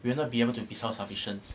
we'll not be able to be self sufficient